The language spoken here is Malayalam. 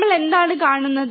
നമ്മൾ എന്താണ് കാണുന്നത്